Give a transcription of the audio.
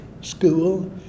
School